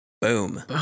Boom